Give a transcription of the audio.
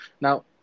Now